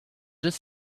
just